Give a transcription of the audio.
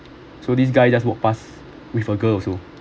so this guy just walked past with a girl also